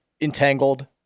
entangled